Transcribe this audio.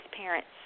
parents